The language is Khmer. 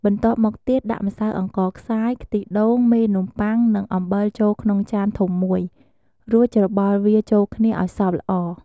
បន្ទាប់មកទៀត ដាក់ម្សៅអង្ករខ្សាយ ខ្ទិះដូង មេនំប៉័ង និងអំបិលចូលក្នុងចានធំមួយ រួចច្របល់វាចូលគ្នាឱ្យសព្វល្អ។